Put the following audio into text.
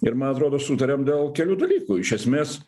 ir man atrodo sutarėm dėl kelių dalykų iš esmės